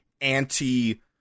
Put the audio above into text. anti